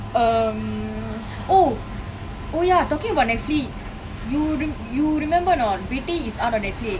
um oh oh ya talking about Netflix you you remember or not Vettai is out on Netflix